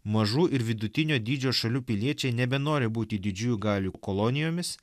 mažų ir vidutinio dydžio šalių piliečiai nebenori būti didžiųjų galių kolonijomis